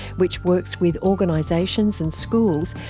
which works with organisations and schools,